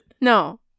No